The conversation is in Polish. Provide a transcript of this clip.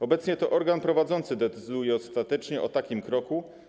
Obecnie to organ prowadzący decyduje ostatecznie o takim kroku.